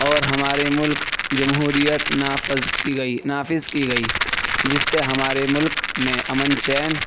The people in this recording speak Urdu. اور ہمارے ملک جمہوریت نافذ کی گئی نافذ کی گئی جس سے ہمارے ملک میں امن چین